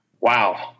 wow